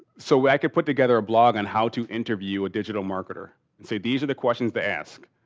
so, i could put together a blog on how to interview a digital marketer and say these are the questions to ask.